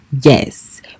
Yes